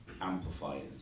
amplifiers